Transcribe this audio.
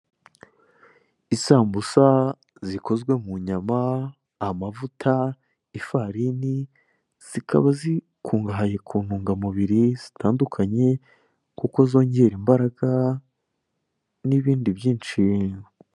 Isambusa zikozwe mu nyama, amavuta, ifarini zikaba zikungahaye ku ntungamubiri zitandukanye kuko zongera imbaraga n'ibindi byinshi.